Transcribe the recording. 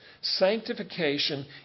Sanctification